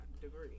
degree